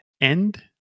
end